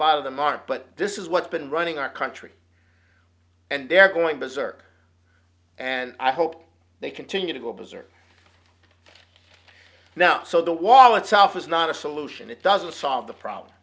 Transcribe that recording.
of of the mark but this is what's been running our country and they're going berserk and i hope they continue to go berserk now so the wall itself is not a solution it doesn't solve the problem